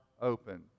open